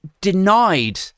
denied